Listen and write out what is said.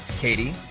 katie,